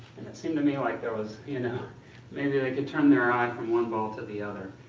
and it seemed to me like there was you know maybe they could turn their eye from one ball to the other.